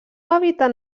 hàbitat